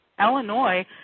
Illinois